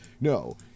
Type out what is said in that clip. No